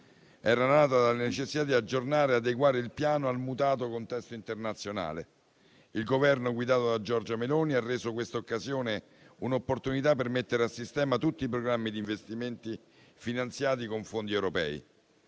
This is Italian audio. era nata dalla necessità di aggiornare e adeguare il Piano al mutato contesto internazionale. Il Governo, guidato da Giorgia Meloni, ha reso questa occasione un'opportunità per mettere a sistema tutti i programmi di investimenti finanziati con fondi europei.